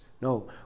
No